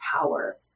power